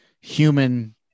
human